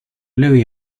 louis